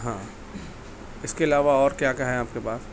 ہاں اس کے علاوہ اور کیا کیا ہیں آپ کے پاس